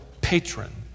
patron